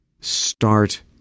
start